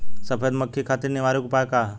सफेद मक्खी खातिर निवारक उपाय का ह?